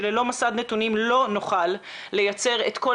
שללא מסד נתונים לא נוכל לייצר את כל